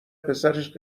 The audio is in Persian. پسرش